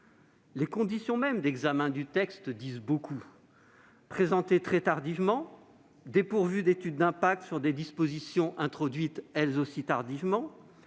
Les conditions mêmes d'examen du texte disent beaucoup. Présenté très tardivement, dépourvu d'étude d'impact sur des dispositions introduites, elles aussi, tardivement,